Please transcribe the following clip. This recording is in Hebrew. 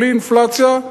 בלי אינפלציה,